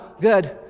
good